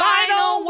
Final